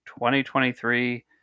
2023